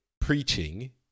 preaching